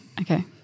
Okay